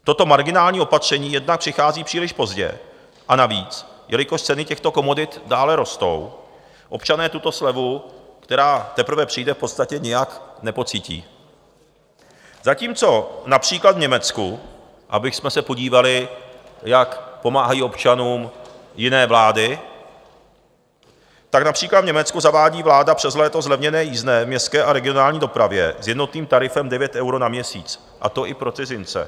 Toto marginální opatření jednak přichází příliš pozdě, a navíc, jelikož ceny těchto komodit dále rostou, občané tuto slevu, která teprve přijde, v podstatě nijak nepocítí, zatímco například v Německu abychom se podívali, jak pomáhají občanům jiné vlády například v Německu zavádí vláda přes léto zlevněné jízdné v městské a regionální dopravě s jednotným tarifem 9 eur na měsíc, a to i pro cizince.